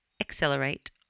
Accelerate